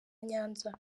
nyanza